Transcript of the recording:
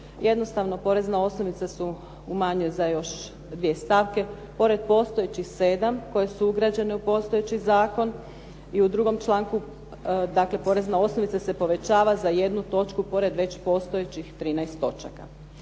Jednostavno porezna osnovica se umanjuje za još dvije stavke, pored postojećih 7 koje su ugrađene u postojeći zakon i u drugom članku, dakle, porezna osnovica se povećava za jednu točku pored već postojećih 13 točaka.